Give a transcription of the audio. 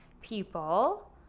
people